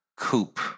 coupe